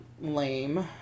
lame